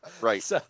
right